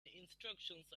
instructions